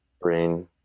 brain